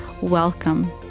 Welcome